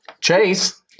Chase